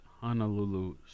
Honolulu